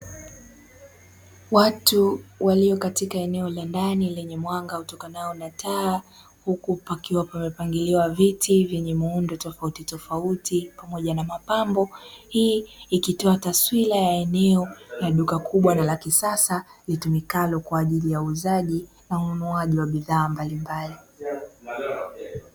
Watu walio katika eneo la ndani lenye mwanga utokanao na taa, huku pakiwa pamepangiliwa viti vyenye muundo tofautitofauti pamoja na mapambo. Hii ikitoa taswira ya eneo la duka kubwa na la kisasa litumikalo kwa ajili ya uuzaji na ununuaji wa bidhaa mbalimbali.